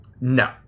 No